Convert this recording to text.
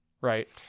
right